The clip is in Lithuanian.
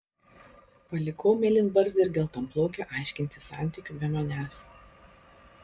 palikau mėlynbarzdį ir geltonplaukę aiškintis santykių be manęs